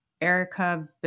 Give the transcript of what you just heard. Erica